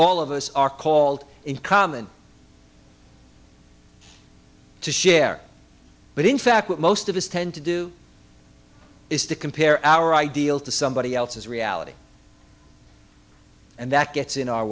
all of us are called in common to share but in fact what most of us tend to do is to compare our ideals to somebody else's reality and that gets in our